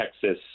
Texas